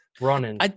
running